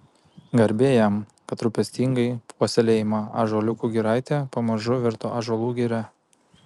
garbė jam kad rūpestingai puoselėjama ąžuoliukų giraitė pamažu virto ąžuolų giria